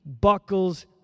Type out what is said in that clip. buckles